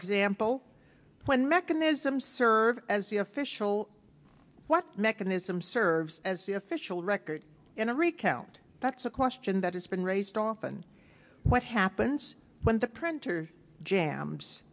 example when mechanism serves as the official what mechanism serves as the official record in a recount that's a question that has been raised often what happens when the printer jams